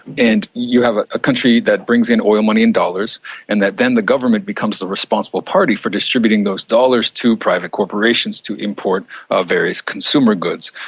and you have a country that brings in oil money in dollars and then the government becomes the responsible party for distributing those dollars to private corporations to import ah various consumer goods.